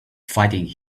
fighting